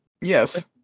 Yes